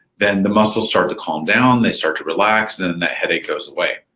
then, the muscles start to calm down, they start to relax. then, that headache goes away.